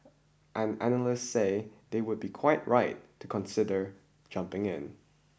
and analysts say they would be quite right to consider jumping in